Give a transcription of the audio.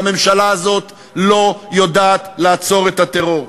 והממשלה הזאת לא יודעת לעצור את הטרור.